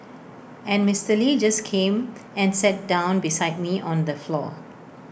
and Mister lee just came and sat down beside me on the floor